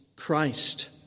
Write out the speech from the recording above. Christ